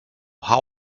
how